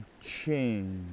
change